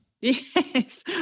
Yes